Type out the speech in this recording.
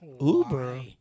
Uber